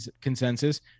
consensus